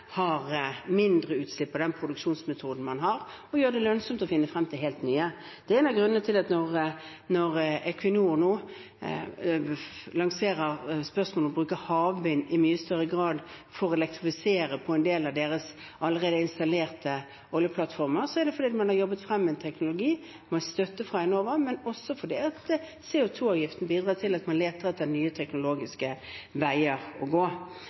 har færre utslipp gjennom den produksjonsmetoden man har – og som gjør det lønnsomt å finne frem til helt nye. En av grunnene til at Equinor nå lanserer spørsmålet om å bruke havvind i mye større grad for å elektrifisere en del av deres allerede installerte oljeplattformer, er at man har jobbet frem en teknologi, med støtte fra Enova, men også at CO 2 -avgiften bidrar til at man leter etter nye teknologiske veier å gå.